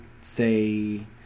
say